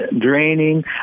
draining